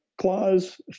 Clause